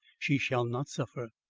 she shall not suffer.